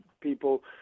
people